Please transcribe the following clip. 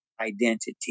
identity